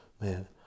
Man